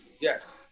Yes